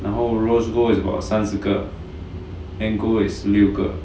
然后 rose gold is about 三十个 then gold is 六个